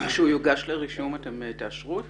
כשהוא יוגש לרישום אתם תאשרו אותו.